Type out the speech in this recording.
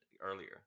earlier